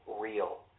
real